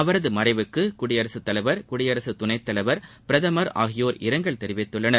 அவரது மறைவுக்கு குடியரசுத்தலைவர் குடியரசுத்துணைத்ததலைவர் பிரதமர் ஆகியோர் இரங்கல் தெரிவித்துள்ளனர்